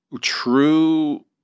True